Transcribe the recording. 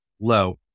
low